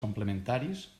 complementaris